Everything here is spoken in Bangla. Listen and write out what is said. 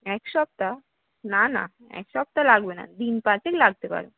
এক সপ্তাহ না না এক সপ্তাহ লাগবে না দিন পাঁচেক লাগতে পারে